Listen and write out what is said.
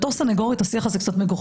בתור סנגורית השיח הזה הוא קצת מגוחך.